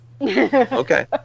Okay